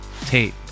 tape